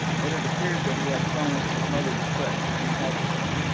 but it appeared that he had promised his mother to quit, and he had quit.